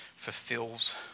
fulfills